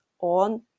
on